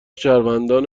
شهروندان